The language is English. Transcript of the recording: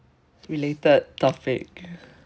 related topic